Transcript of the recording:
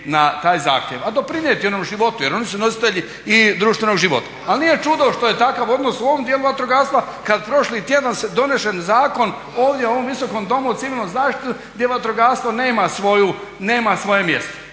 na taj zahtjev, a doprinijeti i onom životu jer oni su nositelji i društvenog života, ali nije čudo što je takav odnos u ovom djelu vatrogastva kad prošli tjedan je donesen zakon ovdje u ovom visokom domu o civilnoj zaštiti gdje vatrogastvo nema svoje mjesto.